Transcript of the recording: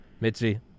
Mitzi